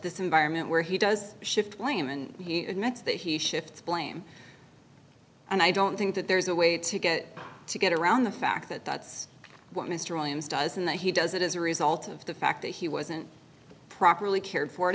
this environment where he does shift blame and he admits that he shifts blame and i don't think that there is a way to get to get around the fact that that's what mr williams does and that he does it as a result of the fact that he wasn't properly cared for